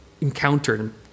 encountered